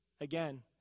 again